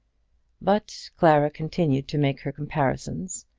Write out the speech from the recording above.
but clara continued to make her comparisons,